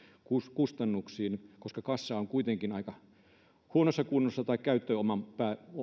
kustannuksiin vaikka kassa on kuitenkin aika huonossa kunnossa tai käyttöpääoman